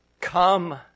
Come